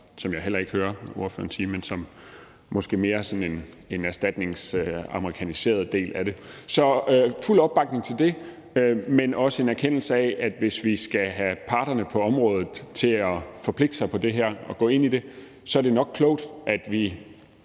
jeg heller ikke ordføreren sige – som måske mere er sådan en amerikaniseret erstatningsdel af det. Så der er fuld opbakning til det, men også en erkendelse af, at hvis vi skal have parterne på området til at forpligte sig på det her og gå ind i det, er det nok klogt, at vi